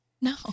No